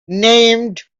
named